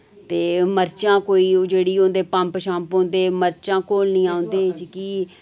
ते मर्चां कोई जेह्ड़ी उं'दे पंप शम्प होंदे मर्चां घोलनियां उंदे च कि